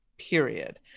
period